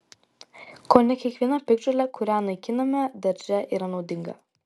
kone kiekviena piktžolė kurią naikiname darže yra naudinga